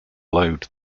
load